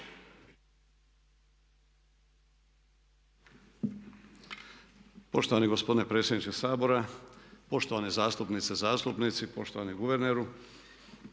poštovani gospodine predsjedniče Sabora, poštovane zastupnice, zastupnici, poštovani guverneru.